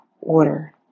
order